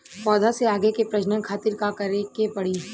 पौधा से आगे के प्रजनन खातिर का करे के पड़ी?